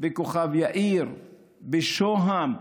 בכוכב יאיר, בשוהם.